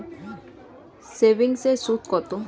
সেভিংসে সুদ কত?